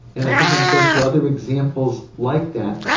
and i think i'd go through other examples like that.